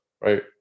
right